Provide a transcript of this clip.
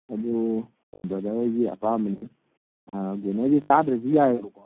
ꯑꯗꯣ ꯕ꯭ꯔꯗꯔ ꯍꯣꯏꯒꯤ ꯑꯄꯥꯝꯕꯅꯤ ꯒꯦꯟꯅꯔꯗꯤ ꯆꯥꯗ꯭ꯔꯖꯨ ꯌꯥꯏꯕꯀꯣ